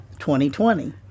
2020